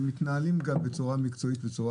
הם מתנהלים גם בצורה מקצועית ובצורה